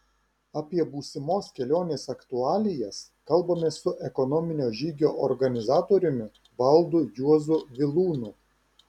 apie būsimos kelionės aktualijas kalbamės su ekonominio žygio organizatoriumi valdu juozu vilūnu